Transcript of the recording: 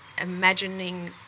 imagining